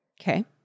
Okay